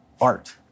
art